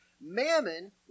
Mammon